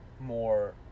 more